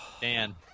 dan